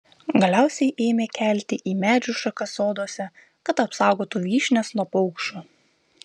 galiausiai ėmė kelti į medžių šakas soduose kad apsaugotų vyšnias nuo paukščių